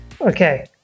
Okay